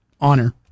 honor